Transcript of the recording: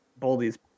Boldy's